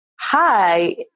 hi